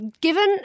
given